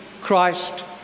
Christ